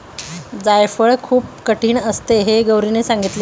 जायफळ खूप कठीण असते हे गौरीने सांगितले